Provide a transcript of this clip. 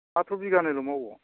माथ्र' बिघानैल' मावो